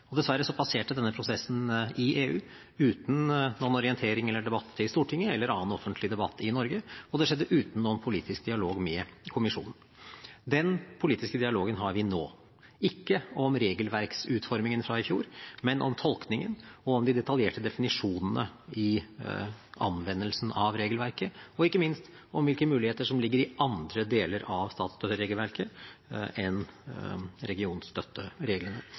Dessverre passerte denne prosessen i EU uten noen orientering eller debatt i Stortinget eller annen offentlig debatt i Norge, og det skjedde uten noen politisk dialog med kommisjonen. Den politiske dialogen har vi nå – ikke om regelverksutformingene fra i fjor, men om tolkninger og om de detaljerte definisjonene i anvendelsen av regelverket, og ikke minst om hvilke muligheter som ligger i andre deler av statsstøtteregelverket enn regionstøttereglene.